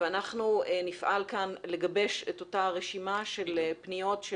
ואנחנו נפעל כאן לגבש את אותה רשימה של פניות של